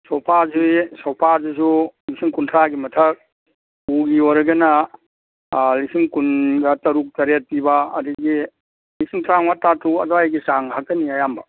ꯁꯣꯐꯥꯁꯤ ꯁꯣꯐꯥꯁꯤꯁꯨ ꯂꯤꯁꯤꯡ ꯀꯨꯟꯊ꯭ꯔꯥꯒꯤ ꯃꯊꯛ ꯎꯒꯤ ꯑꯣꯏꯔꯒꯅ ꯑꯥ ꯂꯤꯁꯤꯡ ꯀꯨꯟꯒ ꯇꯔꯨꯛ ꯇꯔꯦꯠ ꯄꯤꯕ ꯑꯗꯒꯤ ꯂꯤꯁꯤꯡ ꯇꯔꯥ ꯃꯉꯥ ꯇꯔꯥ ꯇꯔꯨꯛ ꯑꯗꯥꯏꯒꯤ ꯆꯥꯡ ꯉꯥꯛꯇꯅꯤ ꯑꯌꯥꯝꯕ